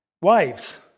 Wives